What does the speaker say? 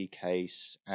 case